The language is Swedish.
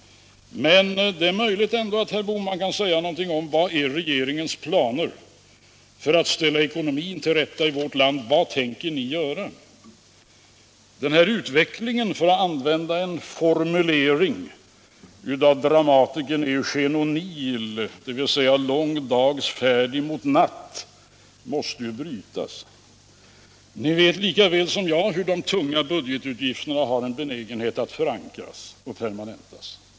Men det är möjligt ändå att herr Bohman kan säga någonting om vilka planer regeringen har för att ställa ekonomin till rätta i vårt land. Vad tänker ni göra? Den här utvecklingen, Lång dags färd mot natt, för att använda titeln på en bok av dramatikern Eugene O'Neill, måste brytas. Ni vet lika väl som jag hur de tunga budgetutgifterna har en benägenhet att förankras och permanentas.